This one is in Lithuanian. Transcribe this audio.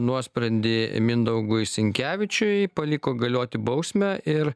nuosprendį mindaugui sinkevičiui paliko galioti bausmę ir